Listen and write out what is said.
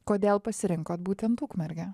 kodėl pasirinkot būtent ukmergę